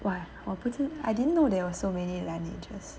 !wah! 我不知 I didn't know there are so many Laniege